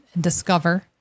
discover